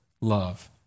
love